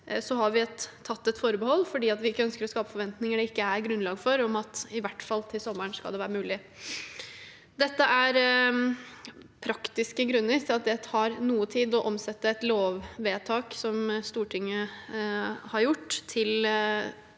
Så har vi tatt et forbehold, fordi vi ikke ønsker å skape forventninger det ikke er grunnlag for, om at det skal være mulig i hvert fall til sommeren. Det er praktiske grunner til at det tar noe tid å omsette et lovvedtak som Stortinget har gjort,